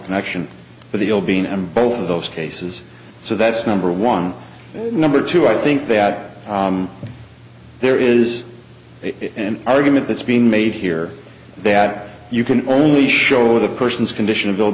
connection to the old being and both of those cases so that's number one number two i think that there is an argument that's being made here that you can only show the person's condition of ill